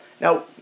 Now